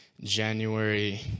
January